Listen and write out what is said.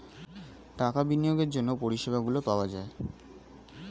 টাকা বিনিয়োগের জন্য পরিষেবাগুলো পাওয়া যায়